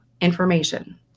information